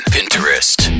Pinterest